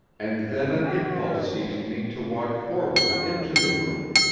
and then an impulse seized me to walk forward into the room.